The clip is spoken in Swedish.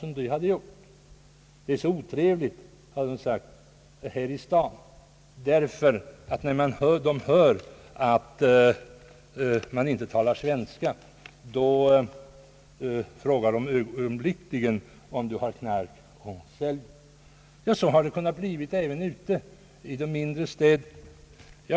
»Det är så otrevligt här i staden», hade de sagt, »ty när människor, främst skolungdomar, hör att man inte talar svenska, frågar de ögonblickligen om man har knark till försäljning.» Så har förhållandena blivit även i de mindre städerna.